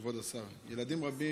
כבוד סגן השר, ילדים רבים